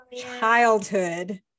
childhood